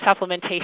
supplementation